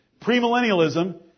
Premillennialism